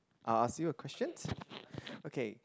I'll ask you a questions okay